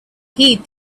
heed